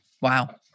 wow